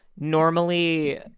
Normally